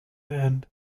end